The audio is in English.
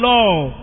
Lord